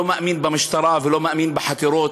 לא מאמין במשטרה ולא מאמין בחקירות,